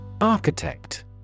Architect